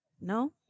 No